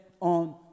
on